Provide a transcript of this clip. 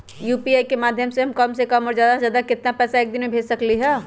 UPI के माध्यम से हम कम से कम और ज्यादा से ज्यादा केतना पैसा एक दिन में भेज सकलियै ह?